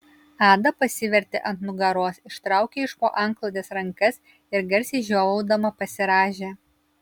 ada pasivertė ant nugaros ištraukė iš po antklodės rankas ir garsiai žiovaudama pasirąžė